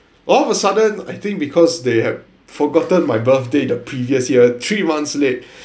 all of a sudden I think because they had forgotten my birthday the previous year three months late